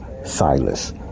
Silas